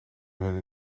hun